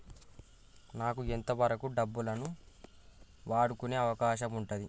నాకు ఎంత వరకు డబ్బులను వాడుకునే అవకాశం ఉంటది?